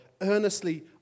earnestly